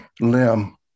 limb